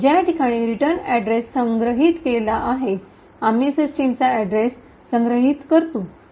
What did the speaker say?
ज्या ठिकाणी return address संग्रहित स्टोअर केला आहे आम्ही सिस्टीमचा अड्रेस संग्रहित स्टोअर करतो